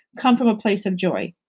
come from a place of joy.